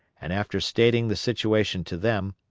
and after stating the situation to them,